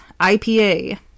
IPA